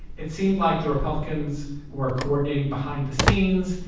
it seemed like the republicans were coordinating behind the scenes.